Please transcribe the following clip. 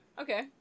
Okay